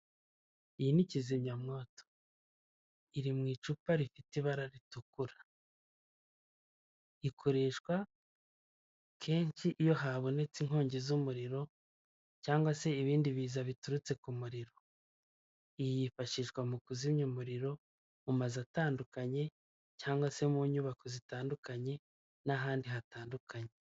Iyi ni kizimyamwoto. Iri mu icupa rifite ibara ritukura. Ikoreshwa kenshi iyo habonetse inkongi z'umuriro, cyangwa se ibindi biza biturutse ku muriro. Iyi yifashishwa mu kuzimya umuriro mu mazu atandukanye, cyangwa se mu nyubako zitandukanye, n'ahandi hatandukanye.